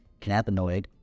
cannabinoid